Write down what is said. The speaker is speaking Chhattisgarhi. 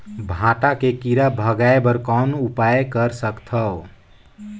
भांटा के कीरा भगाय बर कौन उपाय कर सकथव?